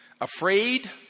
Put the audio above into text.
Afraid